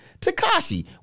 Takashi